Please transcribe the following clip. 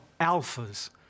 alphas